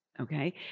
Okay